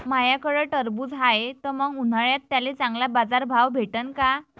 माह्याकडं टरबूज हाये त मंग उन्हाळ्यात त्याले चांगला बाजार भाव भेटन का?